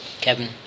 Kevin